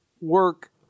work